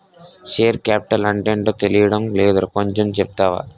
Share capital అంటేటో తెలీడం లేదురా కొంచెం చెప్తావా?